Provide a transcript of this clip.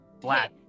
black